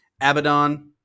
Abaddon